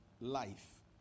life